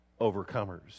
overcomers